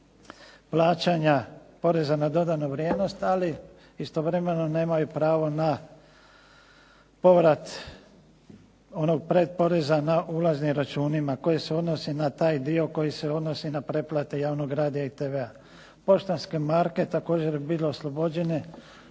plaćanja poreza na dodanu vrijednost ali istovremeno nemaju pravo na povrat onog pretporeza na ulaznim računima koji se odnosi na taj dio, koji se odnosi na pretplate javnog radia i tv-a. Poštanske marke također bi bile oslobođene.